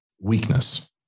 weakness